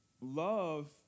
love